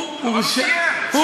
אבל הוא סיים את המאסר שלו.